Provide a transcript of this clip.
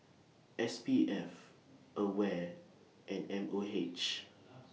S P F AWARE and M O H